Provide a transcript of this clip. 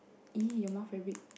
!ee! your mouth very big